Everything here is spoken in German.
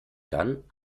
dann